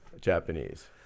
Japanese